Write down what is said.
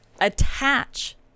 Attach